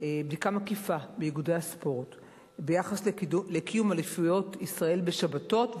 מקיפה באיגודי הספורט ביחס לקיום אליפויות ישראל בשבתות,